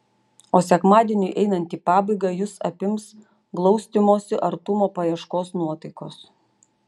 o sekmadieniui einant į pabaigą jus apims glaustymosi artumo paieškos nuotaikos